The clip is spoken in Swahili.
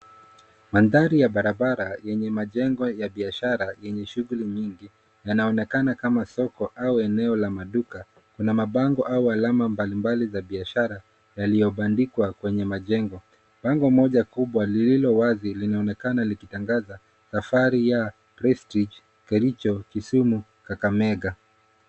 Mandhari ya barabara yenye majengo ya biashara yenye shughuli nyingi. Yanaonekana kama soko au eneo la maduka. Kuna mabango au alama mbalimbali za biashara yaliobandikwa kwenye majengo. Bango moja kubwa lililo wazi linaonekana likitangaza safari ya Prestige, Kericho, Kisumu na Kakamega.